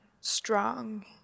strong